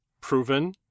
proven